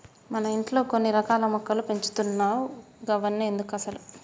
మన ఇంట్లో కొన్ని రకాల మొక్కలు పెంచుతున్నావ్ గవన్ని ఎందుకసలు